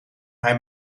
hij